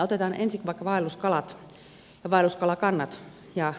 otetaan ensin vaikka vaelluskalat ja vaelluskalakannat